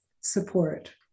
support